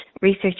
research